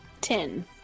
Ten